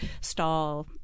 stall